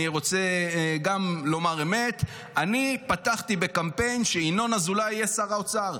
אני רוצה גם לומר אמת: אני פתחתי בקמפיין שינון אזולאי יהיה שר האוצר.